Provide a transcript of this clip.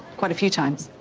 quite a few times.